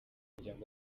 muryango